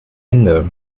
ende